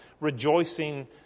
rejoicing